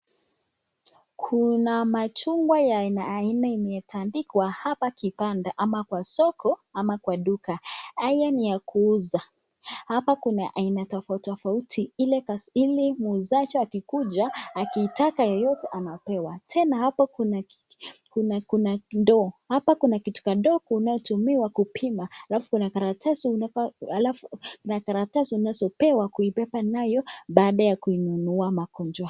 Kuna machungwa ya aina aina inayotandikwa hapa kibanda ama kwa soko ama kwa duka. Haya ni ya kuuza, hapa kuna aina tofauti tofauti ili muuzaji akikuja akiitaka yoyote anapewa tena hapa kuna ndoo ,hapa kuna kitu kadogo inayotumiwa kupima alafu kuna karatasi unazopewa kuibeba nayo baada ya kuinunua machungwa.